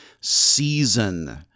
season